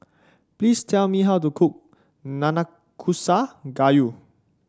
please tell me how to cook Nanakusa Gayu